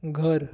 घर